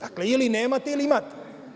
Dakle, ili nemate ili imate.